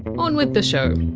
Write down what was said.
on with the show